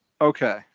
Okay